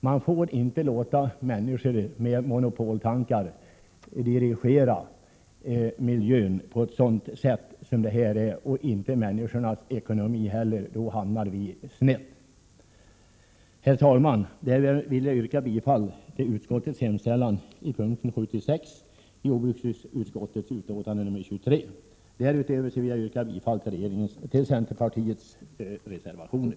Man får inte låta människor med monopoltankar dirigera miljön och inte heller dirigera människors ekonomi. Då hamnar vi snett. Herr talman! Därmed vill jag yrka bifall till utskottets hemställan i mom. 76 i jordbruksutskottets betänkande nr 23. Därutöver vill jag yrka bifall till centerpartiets reservationer.